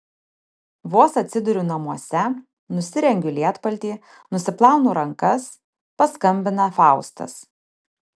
vos atsiduriu namuose nusirengiu lietpaltį nusiplaunu rankas paskambina faustas